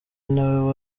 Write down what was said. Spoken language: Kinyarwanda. nawe